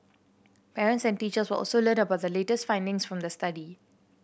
parents and teachers will also learnt about the latest findings from the study